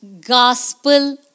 gospel